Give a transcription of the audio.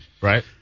Right